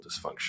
dysfunction